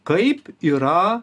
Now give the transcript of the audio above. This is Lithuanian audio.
kaip yra